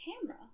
camera